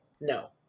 no